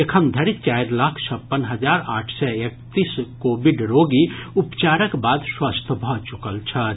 एखनधरि चारि लाख छप्पन हजार आठ सय एकतीस कोविड रोगी उपचारक बाद स्वस्थ भऽ चुकल छथि